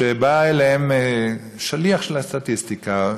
שבא אליהם שליח של הסטטיסטיקה,